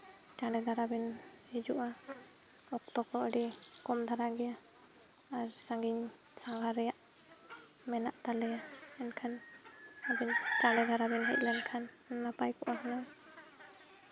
ᱪᱟᱬᱮ ᱫᱷᱟᱨᱟ ᱵᱤᱱ ᱦᱤᱡᱩᱜᱼᱟ ᱚᱠᱛᱚ ᱠᱚ ᱟᱹᱰᱤ ᱠᱚᱢ ᱫᱷᱟᱨᱟ ᱜᱮᱭᱟ ᱟᱨ ᱥᱟᱺᱜᱤᱧ ᱥᱟᱸᱜᱷᱟᱨ ᱨᱮᱭᱟᱜ ᱢᱮᱱᱟᱜ ᱛᱟᱞᱮᱭᱟ ᱮᱱᱠᱷᱟᱱ ᱟᱹᱵᱤᱱ ᱪᱟᱬᱮ ᱫᱷᱟᱨᱟ ᱵᱤᱱ ᱦᱮᱡ ᱞᱮᱱᱠᱷᱟᱱ ᱱᱟᱯᱟᱭ ᱠᱚᱜᱼᱟ ᱦᱩᱱᱟᱹᱜ